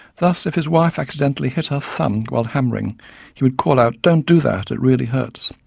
thus if his wife accidentally hit her thumb while hammering he would call out don't do that, it really hurts'.